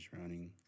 running